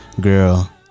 girl